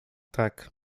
tak